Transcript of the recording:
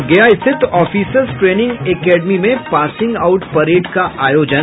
और गया स्थित officers training academy में पासिंग आउट परेड का आयोजन